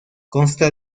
consta